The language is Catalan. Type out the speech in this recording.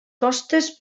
costes